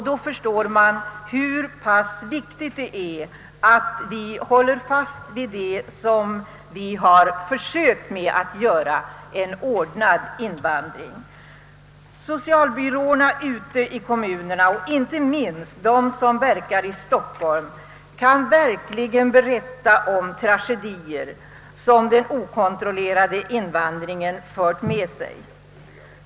Då förstår man hur pass viktigt det är att vi håller fast vid det som vi har försökt åstadkomma: en ordnad invandring. Socialbyråerna ute i kommunerna, inte minst de som verkar i Stockholm, kan berätta om tragedier som den okontrollerade invandringen fört med sig.